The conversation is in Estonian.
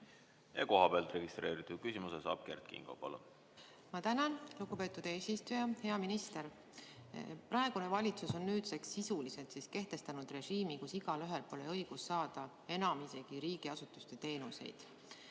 Kohapeal registreeritud küsimuse saab esitada Kert Kingo. Palun! Ma tänan, lugupeetud eesistuja! Hea minister! Praegune valitsus on nüüdseks sisuliselt kehtestanud režiimi, kus igaühel pole õigust saada enam isegi riigiasutuste teenuseid.